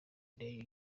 ndenge